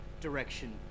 direction